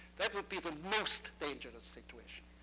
that would be the most dangerous situation,